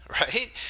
right